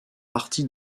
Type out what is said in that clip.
parti